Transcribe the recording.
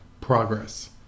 progress